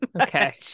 Okay